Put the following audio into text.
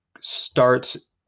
starts